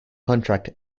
contract